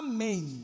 Amen